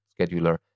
scheduler